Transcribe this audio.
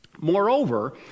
Moreover